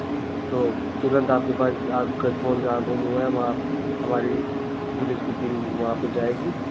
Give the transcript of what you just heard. तो तुरंत आपके पास आप का फोन जहाँ गुम हुआ है वहाँ आप हमारी पुलिस की टीम वहाँ पर जाएगी